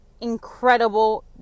incredible